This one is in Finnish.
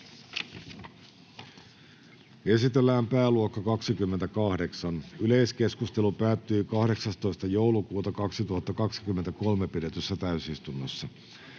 Esitellään pääluokka 29. Yleiskeskustelu päättyi 15.12.2023 pidetyssä täysistunnossa.